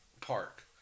park